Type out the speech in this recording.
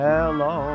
Hello